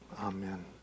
Amen